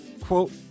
quote